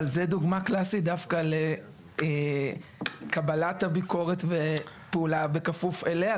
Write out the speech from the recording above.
אבל זה דוגמא קלאסית דווקא לקבלת הביקורת ופעולה בכפוף אליה,